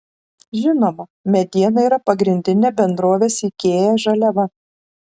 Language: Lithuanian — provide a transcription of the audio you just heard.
žinoma mediena yra pagrindinė bendrovės ikea žaliava